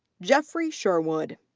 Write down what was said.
jeffrey sherwood.